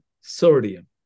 sodium